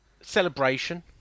Celebration